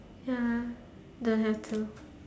ya don't have to